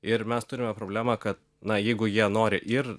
ir mes turime problemą kad na jeigu jie nori ir